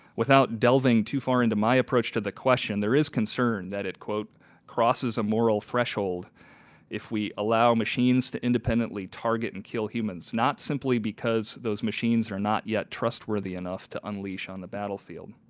without delving too far into my approach to the question there is concern that crosses a moral threshold if we allow machines to independently target and kill humans. not simply because those machines are not yet trustworthy enough to unleashed on the battlefield.